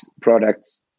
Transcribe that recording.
products